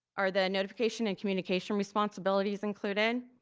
are the notification and communication responsibilities included?